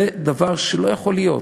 זה דבר שלא יכול להיות.